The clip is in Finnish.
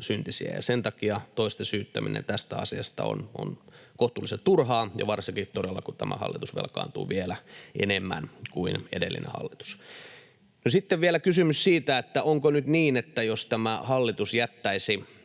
syntisiä. Ja sen takia toisten syyttäminen tästä asiasta on kohtuullisen turhaa ja todella varsinkin, kun tämä hallitus velkaantuu vielä enemmän kuin edellinen hallitus. Sitten vielä kysymys siitä, onko nyt niin, että jos tämä hallitus jättäisi